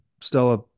Stella